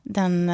den